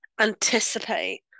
anticipate